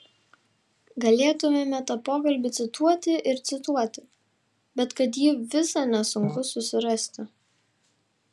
galėtumėme tą pokalbį cituoti ir cituoti bet kad jį visą nesunku susirasti